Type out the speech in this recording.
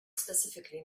specifically